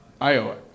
Iowa